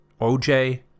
OJ